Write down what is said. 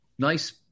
nice